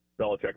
Belichick